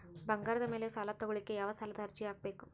ಬಂಗಾರದ ಮ್ಯಾಲೆ ಸಾಲಾ ತಗೋಳಿಕ್ಕೆ ಯಾವ ಸಾಲದ ಅರ್ಜಿ ಹಾಕ್ಬೇಕು?